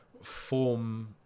form